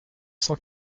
cent